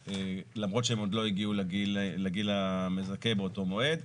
למרות שהם עוד לא הגיעו לגיל המזכה באותו מועד,